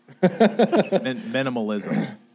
Minimalism